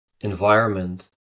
environment